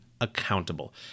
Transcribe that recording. accountable